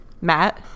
Matt